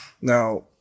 Now